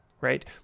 right